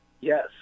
Yes